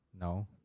no